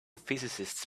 physicists